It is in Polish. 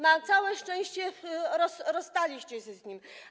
Na szczęście rozstaliście się z nim.